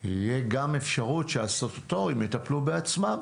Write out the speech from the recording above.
תהיה גם אפשרות שהסטטוטוריים יטפלו בעצמם.